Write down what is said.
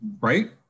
Right